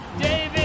David